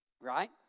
right